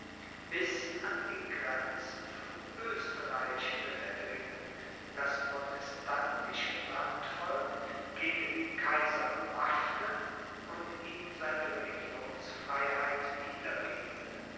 bis an die grenzen von oesterreich will er dringen das protestantische landvolk gegen den kaiser bewaffnen und ihm seine religionsfreiheit wieder